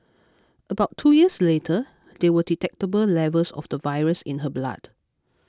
about two years later there were detectable levels of the virus in her blood